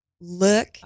look